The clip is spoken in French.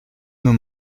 nos